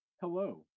Hello